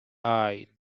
eye